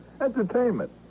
Entertainment